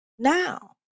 Now